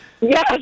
Yes